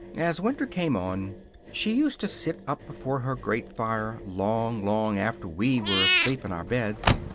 as winter came on she used to sit up before her grate fire long, long after we were asleep in our beds.